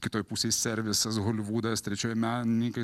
kitoj pusėj servisas holivudas trečioj menininkai